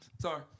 Sorry